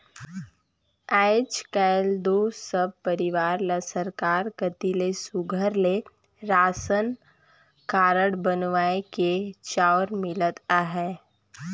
आएज काएल दो सब परिवार ल सरकार कती ले सुग्घर ले रासन कारड बनुवाए के चाँउर मिलत अहे